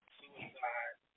suicide